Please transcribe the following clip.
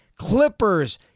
Clippers